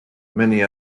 many